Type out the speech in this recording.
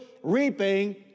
reaping